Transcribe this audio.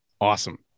awesome